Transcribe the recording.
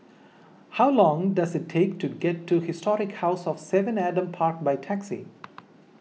how long does it take to get to Historic House of Seven Adam Park by taxi